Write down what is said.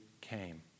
came